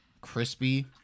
crispy